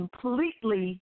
completely